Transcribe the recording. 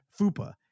Fupa